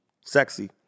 Sexy